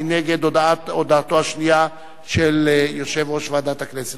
מי נגד הודעתו השנייה של יושב-ראש ועדת הכנסת.